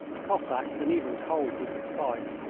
cossacks and even cold we could fight,